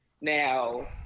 now